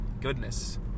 Goodness